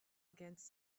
against